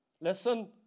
Listen